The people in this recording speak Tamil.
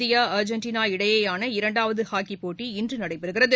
இந்தியா அர்ஜென்டினா இடையேயான இரண்டாவது ஹாக்கி போட்டி இன்று நடைபெறுகிறது